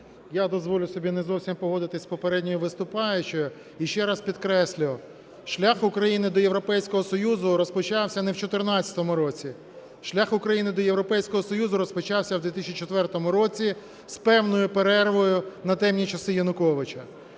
я дозволю собі не зовсім погодитися з попередньою виступаючою. І ще раз підкреслю, шлях України до Європейського Союзу розпочався не в 2014 році, шлях України до Європейського Союзу розпочався у 2004 році з певною перервою на темні часи Януковича.